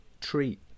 treat